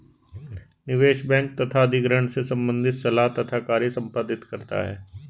निवेश बैंक तथा अधिग्रहण से संबंधित सलाह तथा कार्य संपादित करता है